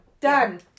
Done